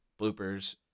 bloopers